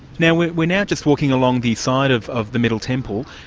now we're we're now just walking along the side of of the middle temple,